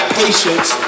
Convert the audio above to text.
patience